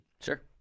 Sure